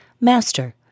Master